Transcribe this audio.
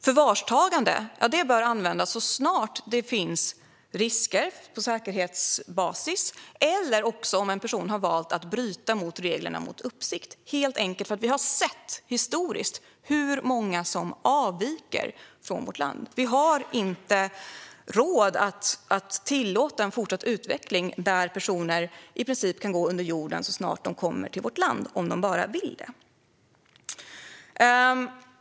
Förvarstagande bör användas så snart det finns risker på säkerhetsbasis eller om en person har valt att bryta mot reglerna om uppsikt, helt enkelt därför att vi historiskt har sett hur många som avviker. Vi har inte råd att tillåta en fortsatt utveckling där personer i princip kan gå under jorden så snart de kommer till vårt land, om de bara vill.